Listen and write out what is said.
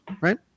right